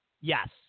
Yes